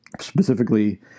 Specifically